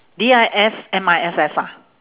D I S M I S S ah